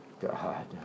God